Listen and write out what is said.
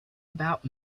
about